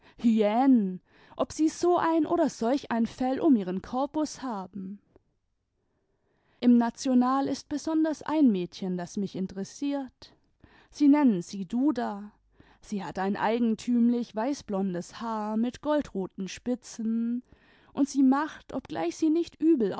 ob sie so ein oder solch ein fell um ihren corpus haben im national ist besonders ein mädchen das mich interessiert sie nennen sie duda sie hat ein eigentümlich weißblondes haar mit goldroten spitzen und sie macht obgleich sie nicht übel